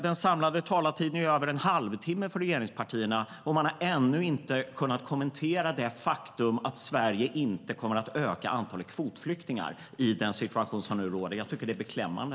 Den samlade talartiden är över en halvtimme för regeringspartierna, och man har ännu inte kunnat kommentera det faktum att Sverige inte kommer att öka antalet kvotflyktingar i den situation som nu råder. Jag tycker att det är beklämmande.